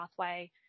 pathway